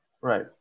right